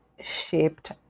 shaped